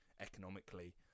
economically